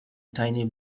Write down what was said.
tiny